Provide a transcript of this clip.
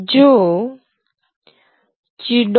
જો q